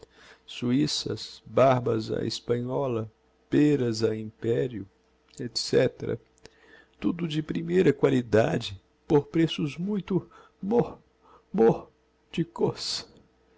suissas barbas á hespanhola pêras á império etc tudo de primeira qualidade por preços muito mó mó di cos